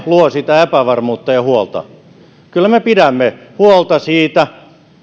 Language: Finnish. luo sitä epävarmuutta ja huolta kyllä me pidämme huolta siitä